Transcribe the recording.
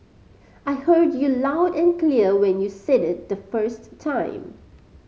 I heard you loud and clear when you said it the first time